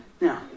Now